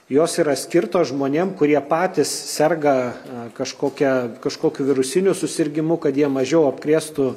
jos yra skirtos žmonėm kurie patys serga kažkokia kažkokiu virusiniu susirgimu kad jie mažiau apkrėstų